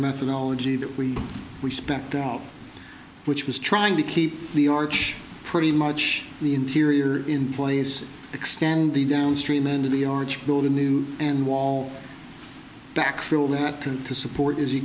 methodology that we respect out which was trying to keep the arch pretty much the interior in place extend the downstream end of the arch build a new and wall backfill that tend to support as